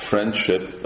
Friendship